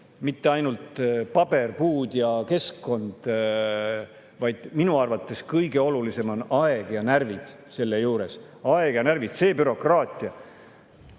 mitte ainult paber, puud ja keskkond, vaid minu arvates kõige olulisemad on seejuures aeg ja närvid. Aeg ja närvid, see bürokraatia.